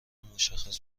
مشخص